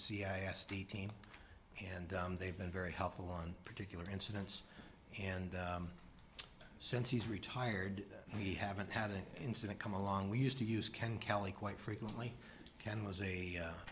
team and they've been very helpful on particular incidents and since he's retired we haven't had an incident come along we used to use ken kelly quite frequently ken was a